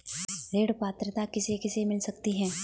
ऋण पात्रता किसे किसे मिल सकती है?